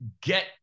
get